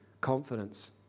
confidence